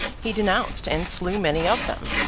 he denounced and slew many of them,